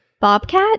Bobcat